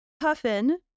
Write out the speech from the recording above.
Puffin